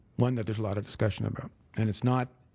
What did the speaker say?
one that there's a lot of discussion about. and it's not